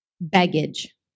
baggage